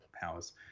powers